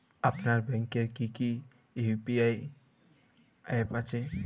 আপনার ব্যাংকের কি কি ইউ.পি.আই অ্যাপ আছে?